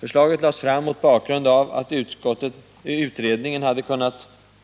Förslaget lades fram mot bakgrund av att utredningen